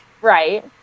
Right